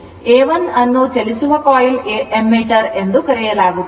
A 1 ಅನ್ನು ಚಲಿಸುವ coil ammeter ಎಂದು ಕರೆಯಲಾಗುತ್ತದೆ